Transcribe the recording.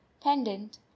pendant